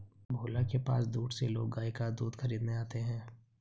भोला के पास दूर से लोग गाय का दूध खरीदने आते हैं